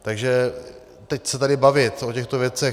Takže teď se tady bavit o těchto věcech...